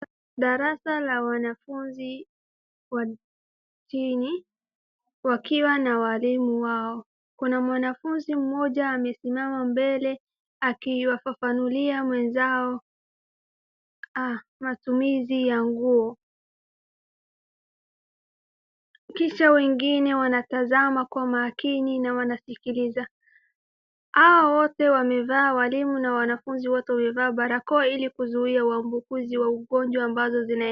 Darasa la wanafunzi wakiwa na walimu wao. kuna mwanafunzi mmoja amesimama akiwafafanulia wenzao kuhusu matumizi ya nguo. Hao wote wamevaa barakoa kuzuia waambukizi wa ugonjwa.